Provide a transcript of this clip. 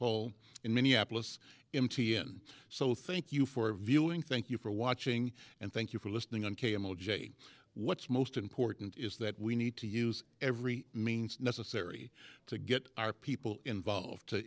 in minneapolis in t n so thank you for viewing thank you for watching and thank you for listening on cable jay what's most important is that we need to use every means necessary to get our people involved to